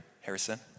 Harrison